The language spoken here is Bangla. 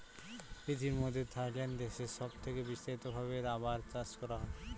পৃথিবীর মধ্যে থাইল্যান্ড দেশে সব থেকে বিস্তারিত ভাবে রাবার চাষ করা হয়